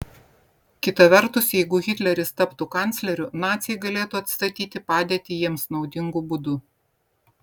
kita vertus jeigu hitleris taptų kancleriu naciai galėtų atstatyti padėtį jiems naudingu būdu